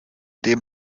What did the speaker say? dem